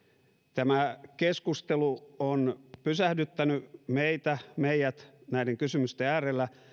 tämä keskustelu on pysähdyttänyt meidät näiden kysymysten äärelle